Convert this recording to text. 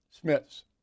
Smith's